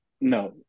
no